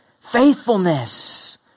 faithfulness